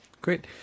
Great